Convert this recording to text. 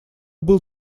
был